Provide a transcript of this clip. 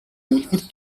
үлгэр